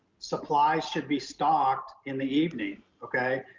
supplies should be stocked in the evening, okay.